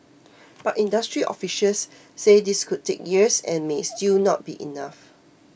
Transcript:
but industry officials say this could take years and may still not be enough